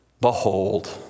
behold